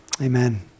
amen